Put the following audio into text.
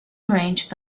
arranged